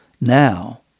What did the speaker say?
Now